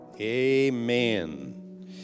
Amen